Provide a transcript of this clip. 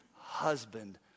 husband